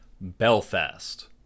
Belfast